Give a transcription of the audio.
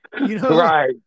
right